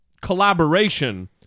collaboration